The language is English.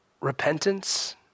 repentance